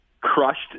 crushed